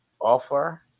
offer